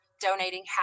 donating